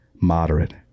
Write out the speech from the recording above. moderate